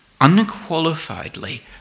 unqualifiedly